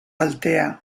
altea